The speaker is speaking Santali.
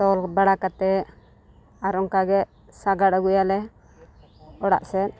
ᱛᱚᱞ ᱵᱟᱲᱟ ᱠᱟᱛᱮ ᱟᱨ ᱚᱱᱠᱟᱜᱮ ᱥᱟᱜᱟᱲ ᱟᱹᱜᱩᱭᱟᱞᱮ ᱚᱲᱟᱜ ᱥᱮᱫ